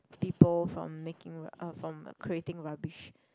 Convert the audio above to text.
people from making um from creating rubbish